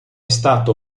stato